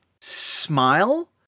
smile